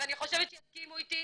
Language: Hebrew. ואני חושבת שיסכימו איתי,